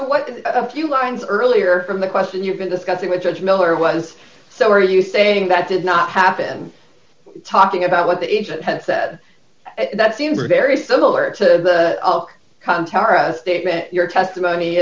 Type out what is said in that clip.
here what a few lines earlier from the question you've been discussing with judge miller was so are you saying that did not happen talking about what the agent had said that seems very similar to contest your testimony